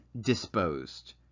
disposed